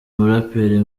umuraperi